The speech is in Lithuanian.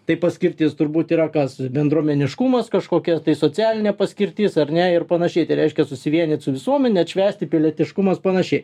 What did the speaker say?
tai paskirtis turbūt yra kas bendruomeniškumas kažkokia tai socialinė paskirtis ar ne ir panašiai tai reiškia susivienyt su visuomene atšvęsti pilietiškumas panašiai